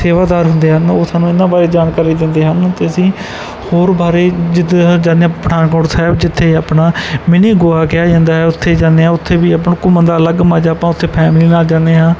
ਸੇਵਾਦਾਰ ਹੁੰਦੇ ਹਨ ਉਹ ਸਾਨੂੰ ਇਹਨਾਂ ਬਾਰੇ ਜਾਣਕਾਰੀ ਦਿੰਦੇ ਹਨ ਅਤੇ ਅਸੀਂ ਹੋਰ ਬਾਰੇ ਜਿੱਥੇ ਜਾਂਦੇ ਹਾਂ ਪਠਾਨਕੋਟ ਸਾਹਿਬ ਜਿੱਥੇ ਆਪਣਾ ਮਿਨੀ ਗੋਆ ਕਿਹਾ ਜਾਂਦਾ ਹੈ ਉੱਥੇ ਜਾਂਦੇ ਹਾਂ ਉੱਥੇ ਵੀ ਆਪਾਂ ਨੂੰ ਘੁੰਮਣ ਦਾ ਅਲੱਗ ਮਜ਼ਾ ਆਪਾਂ ਉੱਥੇ ਫੈਮਿਲੀ ਨਾਲ ਜਾਂਦੇ ਹਾਂ